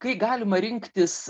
kai galima rinktis